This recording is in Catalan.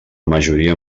majoria